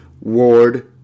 ward